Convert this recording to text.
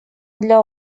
для